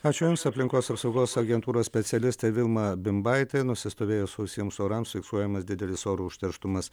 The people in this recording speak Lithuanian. ačiū jums aplinkos apsaugos agentūros specialistė vilma bimbaitė nusistovėjus sausiems orams fiksuojamas didelis oro užterštumas